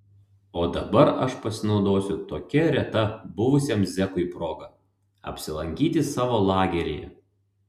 o dabar aš pasinaudosiu tokia reta buvusiam zekui proga apsilankyti savo lageryje